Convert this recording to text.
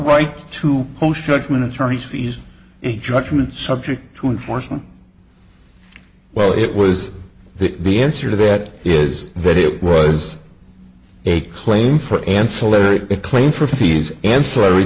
right to post judgment attorney's fees judgments subject to enforce them well it was that the answer to that is but it was a claim for ancillary claim for fees ancillary